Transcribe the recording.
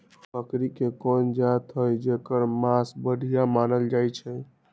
बकरी के कोन जात हई जेकर मास बढ़िया मानल जाई छई?